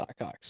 Blackhawks